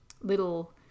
little